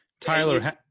Tyler